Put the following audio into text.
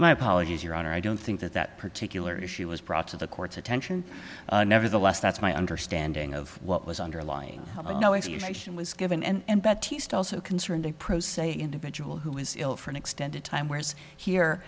my apologies your honor i don't think that that particular issue was brought to the court's attention nevertheless that's my understanding of what was underlying it was given and bad taste also concerned a pro se individual who was ill for an extended time where's here